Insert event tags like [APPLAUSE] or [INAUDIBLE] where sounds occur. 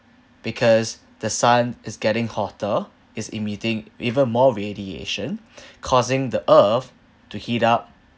because the sun is getting hotter is emitting even more radiation [BREATH] causing the earth to heat up